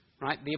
right